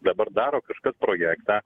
dabar daro kažkas projektą